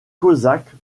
cosaques